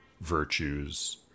virtues